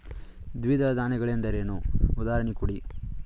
ದ್ವಿದಳ ಧಾನ್ಯ ಗಳೆಂದರೇನು, ಉದಾಹರಣೆ ಕೊಡಿ?